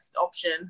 option